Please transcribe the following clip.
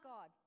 God